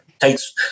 takes